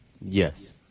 Yes